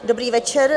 Dobrý večer.